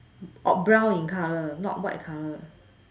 orh brown in colour not white colour